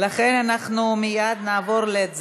ולכן נעבור מייד להצבעה,